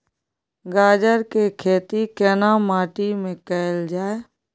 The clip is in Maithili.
गाजर के खेती केना माटी में कैल जाए?